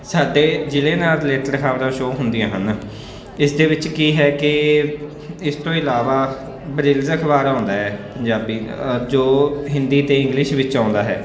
ਸਾਡੇ ਜ਼ਿਲ੍ਹੇ ਨਾਲ ਰਿਲੇਟਡ ਖ਼ਬਰਾਂ ਸ਼ੋ ਹੁੰਦੀਆਂ ਹਨ ਇਸ ਦੇ ਵਿੱਚ ਕੀ ਹੈ ਕਿ ਇਸ ਤੋਂ ਇਲਾਵਾ ਬ੍ਰਿਲਸ ਅਖ਼ਬਾਰ ਆਉਂਦਾ ਹੈ ਪੰਜਾਬੀ ਦਾ ਜੋ ਹਿੰਦੀ ਅਤੇ ਇੰਗਲਿਸ਼ ਵਿੱਚ ਆਉਂਦਾ ਹੈ